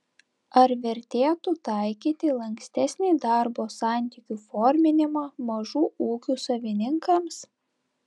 ar vertėtų taikyti lankstesnį darbo santykių forminimą mažų ūkių savininkams